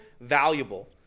valuable